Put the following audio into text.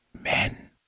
men